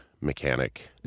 mechanic